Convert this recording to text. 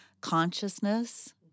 consciousness